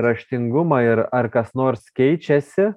raštingumą ir ar kas nors keičiasi